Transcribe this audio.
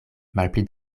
malpli